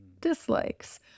dislikes